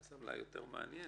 הישיבה נעולה.